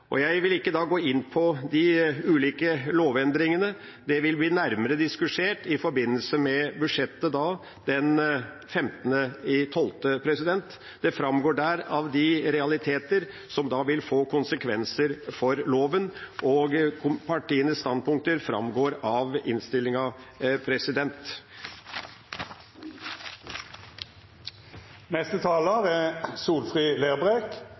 måneden. Jeg vil ikke gå inn på de ulike lovendringene, det vil bli nærmere diskutert i forbindelse med budsjettbehandlingen den 15. desember. Derav vil framgå de realiteter som vil få konsekvenser for loven, og partienes standpunkter framgår av